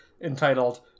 entitled